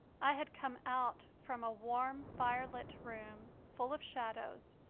i had come out from a warm firelit room, full of shadows,